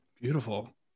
Beautiful